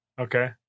Okay